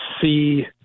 see